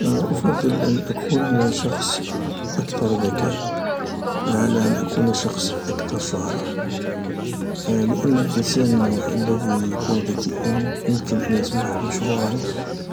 أفضل ان أكون شخص أكثر ذكاء على ان أكون شخص أكثر شهرة لأن الانسان الذي يكون ذكيا يمكن ان يصبح مشهورا